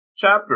chapter